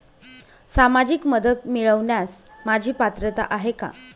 सामाजिक मदत मिळवण्यास माझी पात्रता आहे का?